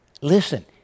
Listen